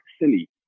silly